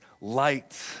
light